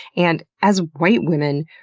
and as white women,